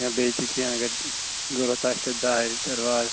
یا بیٚیہِ تہِ کیٚنٛہہ اگر ضرورت آسہِ تہٕ دارِ درواز